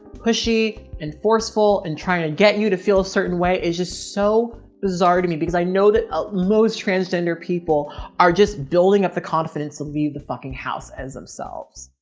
pushy and forceful and trying to get you to feel a certain way is just so bizarre to me because i know that most transgender people are just building up the confidence and be the fucking house as themselves.